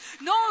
No